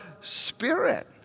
spirit